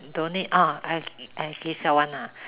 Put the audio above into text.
don't need orh I kay siao [one] ah